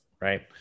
right